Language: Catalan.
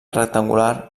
rectangular